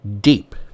deep